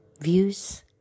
views